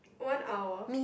one hour